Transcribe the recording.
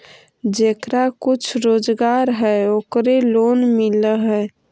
जेकरा कुछ रोजगार है ओकरे लोन मिल है?